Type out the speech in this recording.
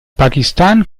pakistan